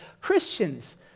Christians